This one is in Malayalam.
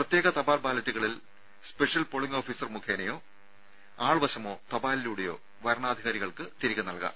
പ്രത്യേക തപാൽ ബാലറ്റുകൾ സ്പെഷ്യൽ പോളിംഗ് ഓഫീസർ മുഖേനയോ ആൾവശമോ തപാലിലൂടെയോ വരണാധികാരികൾക്ക് തിരികെ നൽകാം